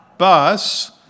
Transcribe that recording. bus